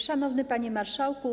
Szanowny Panie Marszałku!